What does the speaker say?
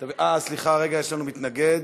סליחה רגע, יש לנו מתנגד.